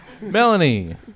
Melanie